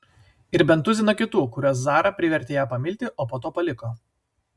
ir bent tuziną kitų kuriuos zara privertė ją pamilti o po to paliko